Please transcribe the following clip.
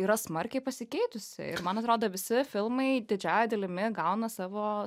yra smarkiai pasikeitusi ir man atrodo visi filmai didžiąja dalimi gauna savo